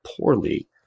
poorly